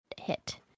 hit